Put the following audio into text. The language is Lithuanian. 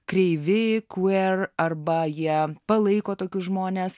kreivėj queer arba jie palaiko tokius žmones